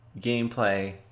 gameplay